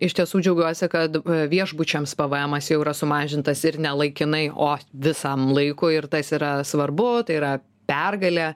iš tiesų džiaugiuosi kad viešbučiams pvemas yra sumažintas ir ne laikinai o visam laikui ir tas yra svarbu tai yra pergalė